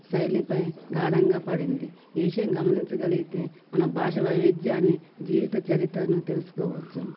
శైలిపై గాఢంగా పడింది ఈ విషయం గమనించగలిగితే మన భాష వైవిధ్యాన్ని జీవిత చరిత్రను తెలుసుకోవచ్చు